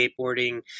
skateboarding